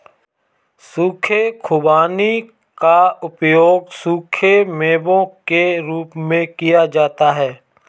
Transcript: सूखे खुबानी का उपयोग सूखे मेवों के रूप में किया जाता है